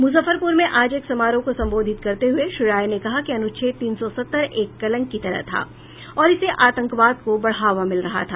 मुजफ्फरपुर में आज एक समारोह को संबोधित करते हुए श्री राय ने कहा कि अनुच्छेद तीन सौ सत्तर एक कलंक की तरह था और इसे आतंकवाद को बढ़ावा मिल रहा था